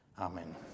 amen